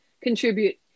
contribute